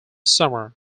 summer